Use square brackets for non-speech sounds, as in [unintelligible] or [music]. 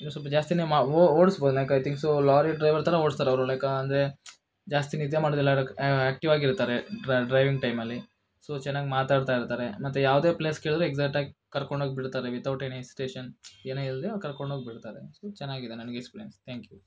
ಇನ್ನು ಸ್ವಲ್ಪ ಜಾಸ್ತಿನೇ ಓಡಿಸ್ಬೋದು [unintelligible] ಥಿಂಕ್ಸು ಲಾರಿ ಡ್ರೈವರ್ ಥರ ಓಡಿಸ್ತಾರೆ ಅವರು ಲೈಕ್ ಅಂದರೆ ಜಾಸ್ತಿ ನಿದ್ದೆ ಮಾಡೋದಿಲ್ಲ ಆಕ್ಟೀವ್ ಆಗಿರ್ತಾರೆ ಡ್ರೈವಿಂಗ್ ಟೈಮಲ್ಲಿ ಸೊ ಚೆನ್ನಾಗಿ ಮಾತಾಡ್ತಾಯಿರ್ತಾರೆ ಮತ್ತೆ ಯಾವುದೇ ಪ್ಲೇಸ್ ಕೇಳಿದರು ಎಕ್ಸಾಕ್ಟಾಗಿ ಕರ್ಕೊಂಡು ಹೋಗಿಬಿಡ್ತಾರೆ ವಿಥೌಟ್ ಎನಿ ಸ್ಟೇಷನ್ಸ್ ಏನೇ ಇಲ್ಲದೆ ಅವ್ರು ಕರ್ಕೊಂಡು ಹೋಗಿಬಿಡ್ತಾರೆ ಸೊ ಚೆನ್ನಾಗಿದೆ ನನ್ಗೆ ಎಕ್ಸ್ಪೀರಿಯೆನ್ಸ್ ಥ್ಯಾಂಕ್ಯೂ